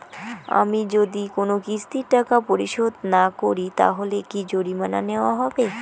আমি যদি কোন কিস্তির টাকা পরিশোধ না করি তাহলে কি জরিমানা নেওয়া হবে?